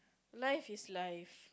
life is life